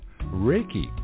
Reiki